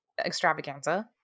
extravaganza